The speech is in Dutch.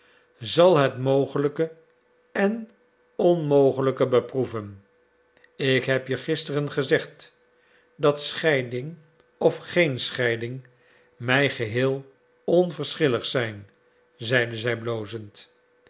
zal het mogelijke en onmogelijke beproeven ik heb je gisteren gezegd dat scheiding of geen scheiding mij geheel onverschillig zijn zeide zij blozend